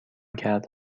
کرد